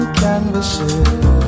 canvases